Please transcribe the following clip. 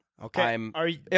Okay